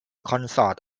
consort